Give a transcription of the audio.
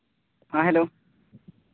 ᱦᱮᱸ ᱦᱮᱞᱳ